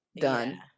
Done